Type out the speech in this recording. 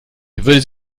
würde